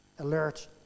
alert